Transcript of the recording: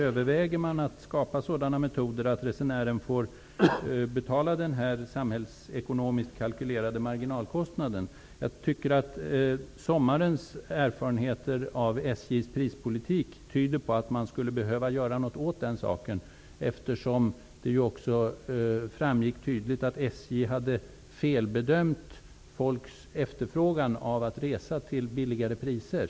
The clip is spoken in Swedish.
Överväger man att skapa sådana metoder att resenären får betala den här samhällsekonomiskt kalkylerade marginalkostnaden? Sommarens erfarenheter av SJ:s prispolitik tyder på att något skulle behöva göras åt den saken. Det har också framgått tydligt att SJ felbedömt folks efterfrågan på resor till lägre priser.